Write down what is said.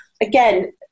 again